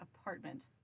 apartment